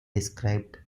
described